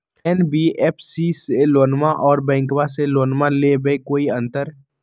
NBFC से लोनमा आर बैंकबा से लोनमा ले बे में कोइ अंतर?